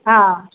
हा